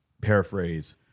paraphrase